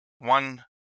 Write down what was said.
One